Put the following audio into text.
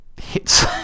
hits